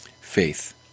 Faith